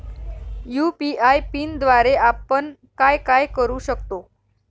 UPI पिनद्वारे आपण काय काय करु शकतो?